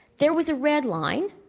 there was a red line,